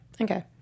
Okay